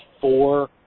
four